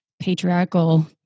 patriarchal